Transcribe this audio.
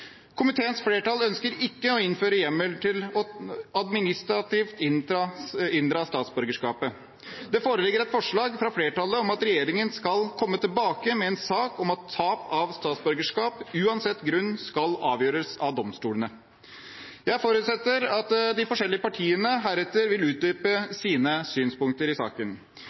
Komiteens flertall ønsker ikke å innføre hjemmel til administrativt å inndra statsborgerskapet. Det foreligger et forslag fra flertallet om at regjeringen skal komme tilbake med en sak om at tap av statsborgerskap, uansett grunn, skal avgjøres av domstolene. Jeg forutsetter at de forskjellige partiene heretter vil utdype sine synspunkter i saken.